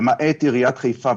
למעט עיריית חיפה,